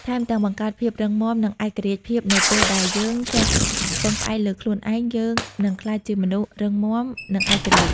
ថែមទាំងបង្កើតភាពរឹងមាំ និងឯករាជ្យភាពនៅពេលដែលយើងចេះពឹងផ្អែកលើខ្លួនឯង យើងនឹងក្លាយជាមនុស្ស រឹងមាំ និង ឯករាជ្យ។